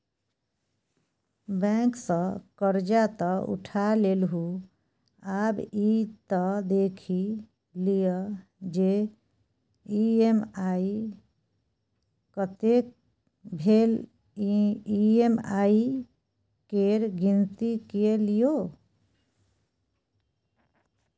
bank सँ करजा तँ उठा लेलहुँ आब ई त देखि लिअ जे ई.एम.आई कतेक भेल ई.एम.आई केर गिनती कए लियौ